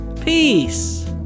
Peace